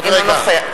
עוד רגע.